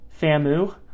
Famu